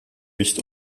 wicht